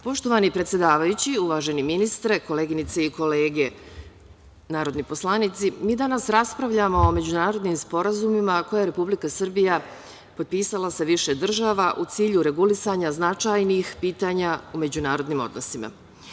Poštovani predsedavajući, uvaženi ministre, koleginice i kolege narodni poslanici, danas raspravljamo o međunarodnim poslanicima koje je Republika Srbija potpisala sa više država, a u cilju regulisanja značajnih pitanja u međunarodnim odnosima.